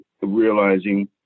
realizing